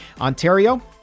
Ontario